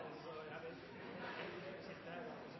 Så jeg tror at ved å